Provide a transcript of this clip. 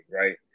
right